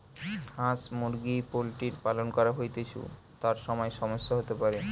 হাঁস মুরগি পোল্ট্রির পালন করা হৈতেছু, তার সময় সমস্যা হতে পারে